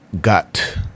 got